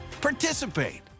participate